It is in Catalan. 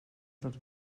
dels